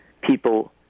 people